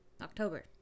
october